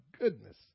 goodness